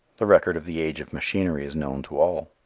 the record of the age of machinery is known to all.